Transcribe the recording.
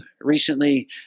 Recently